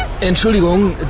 Entschuldigung